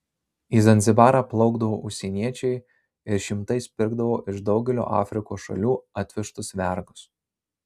į zanzibarą plaukdavo užsieniečiai ir šimtais pirkdavo iš daugelio afrikos šalių atvežtus vergus